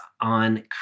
on